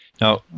Now